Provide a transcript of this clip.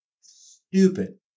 Stupid